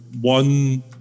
one